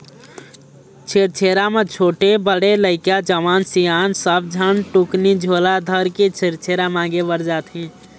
छेरछेरा म छोटे, बड़े लइका, जवान, सियान सब झन टुकनी झोला धरके छेरछेरा मांगे बर जाथें